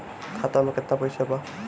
खाता में केतना पइसा बा?